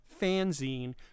fanzine